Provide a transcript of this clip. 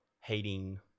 hating